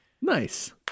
Nice